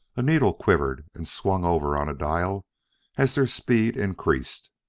a needle quivered and swung over on a dial as their speed increased.